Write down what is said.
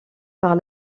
par